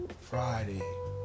Friday